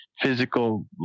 physical